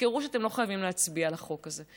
תזכרו שאתם לא חייבים להצביע על החוק הזה,